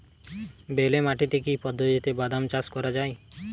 বেলে মাটিতে কি পদ্ধতিতে বাদাম চাষ করা যায়?